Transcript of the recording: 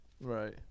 Right